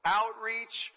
outreach